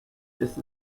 ist